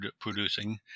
producing